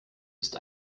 ist